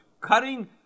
cutting